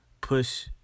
push